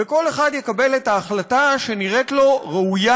וכל אחד יקבל את ההחלטה שנראית לו ראויה